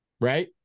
right